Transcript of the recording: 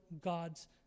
God's